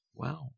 Wow